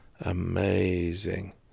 amazing